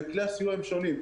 וכלי הסיוע הם שונים.